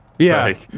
yeah,